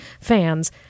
fans